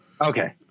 Okay